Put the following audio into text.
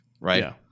right